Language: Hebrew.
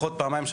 לפחות פעמיים,